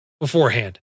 beforehand